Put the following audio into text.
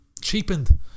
cheapened